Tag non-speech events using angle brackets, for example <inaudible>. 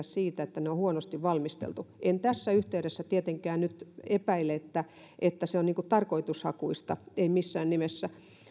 <unintelligible> siitä että ne on huonosti valmisteltu en tässä yhteydessä tietenkään nyt epäile että että se on tarkoitushakuista ei missään nimessä